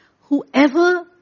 Whoever